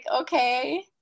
Okay